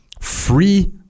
free